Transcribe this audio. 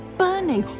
burning